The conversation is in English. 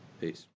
Peace